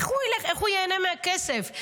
איך הוא ייהנה מהכסף?